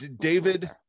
David